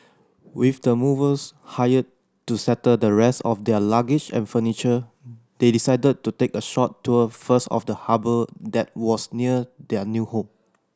with the movers hired to settle the rest of their luggage and furniture they decided to take a short tour first of the harbour that was near their new home